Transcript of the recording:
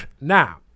Now